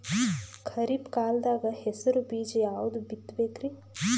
ಖರೀಪ್ ಕಾಲದಾಗ ಹೆಸರು ಬೀಜ ಯಾವದು ಬಿತ್ ಬೇಕರಿ?